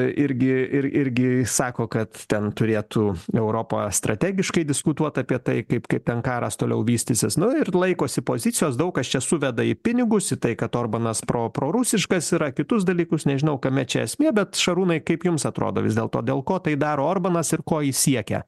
irgi ir irgi sako kad ten turėtų europa strategiškai diskutuot apie tai kaip kaip ten karas toliau vystysis nu ir laikosi pozicijos daug kas čia suveda į pinigus į tai kad orbanas pro prorusiškas yra kitus dalykus nežinau kame čia esmė bet šarūnai kaip jums atrodo vis dėl to dėl ko tai daro orbanas ir ko jis siekia